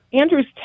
Andrew's